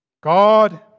God